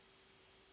Hvala.